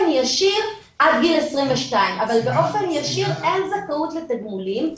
עד גיל 22. אבל באופן ישיר אין זכאות לתגמולים,